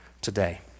today